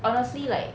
honestly like